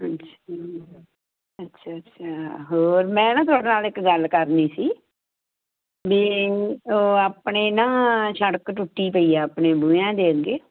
ਅੱਛਾ ਅੱਛਾ ਅੱਛਾ ਹੋਰ ਮੈਂ ਨਾ ਤੁਹਾਡੇ ਨਾਲ ਇੱਕ ਗੱਲ ਕਰਨੀ ਸੀ ਵੀ ਉਹ ਆਪਣੇ ਨਾ ਸੜਕ ਟੁੱਟੀ ਪਈ ਆ ਆਪਣੇ ਬੂਹਿਆਂ ਦੇ ਅੱਗੇ